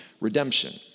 redemption